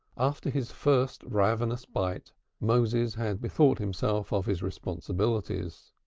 after his first ravenous bite moses had bethought himself of his responsibilities.